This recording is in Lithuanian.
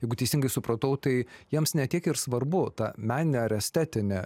jeigu teisingai supratau tai jiems ne tiek ir svarbu ta meninė ar estetinė